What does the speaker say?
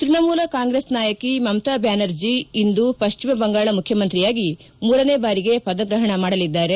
ತ್ಯಣಮೂಲ ಕಾಂಗ್ರೆಸ್ ನಾಯಕಿ ಮಮತಾ ಬ್ಯಾನರ್ಜಿ ಇಂದು ಪಶ್ಚಿಮ ಬಂಗಾಳ ಮುಖ್ತಮಂತ್ರಿಯಾಗಿ ಮೂರನೇ ಬಾರಿಗೆ ಪದಗ್ರಹಣ ಮಾಡಲಿದ್ದಾರೆ